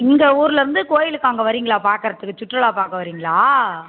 இந்த ஊரிலேந்து கோயிலுக்கு அங்கே வரிங்களா பார்க்குறதுக்கு சுற்றுலா பார்க்க வரிங்களா